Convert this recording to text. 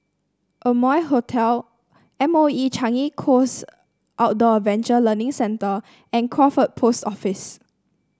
Amoy Hotel M O E Changi Coast Outdoor Adventure Learning Centre and Crawford Post Office